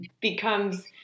becomes